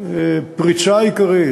הפריצה העיקרית,